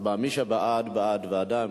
מי שבעד, בעד ועדה.